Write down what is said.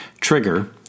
Trigger